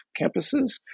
campuses